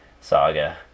saga